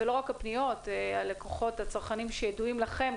ולא רק הפניות אלא הצרכנים שידועים לכם,